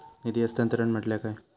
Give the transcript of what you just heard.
निधी हस्तांतरण म्हटल्या काय?